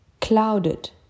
clouded